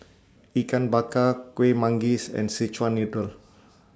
Ikan Bakar Kueh Manggis and Szechuan Noodle